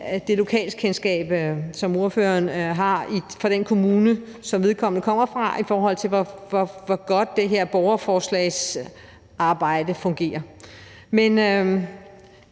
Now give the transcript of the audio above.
det lokalkendskab, som ordføreren har fra den kommune, som vedkommende kommer fra, i forhold til synet på, hvor godt det her borgerforslagsarbejde fungerer. Men